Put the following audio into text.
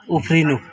उफ्रिनु